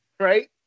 right